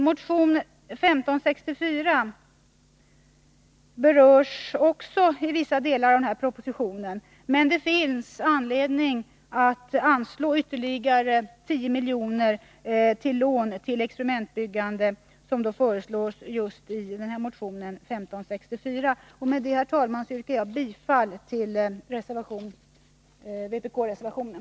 Motion 1564 berörs också i vissa delar av propositionen, men det finns all anledning att anslå ytterligare 10 miljoner till lån till experimentbyggande, som föreslås i denna motion. Med det, herr talman, yrkar jag bifall till vpk-reservationen.